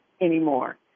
anymore